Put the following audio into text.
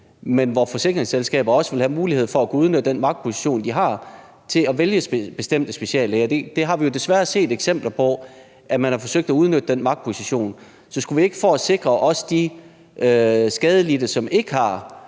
men hvor forsikringsselskabet også vil have mulighed for at kunne udnytte den magtposition, det har, til at vælge bestemte speciallæger. Det har vi jo desværre set eksempler på, altså at man har forsøgt at udnytte den magtposition. Så skulle vi ikke også for de skadelidte, som ikke har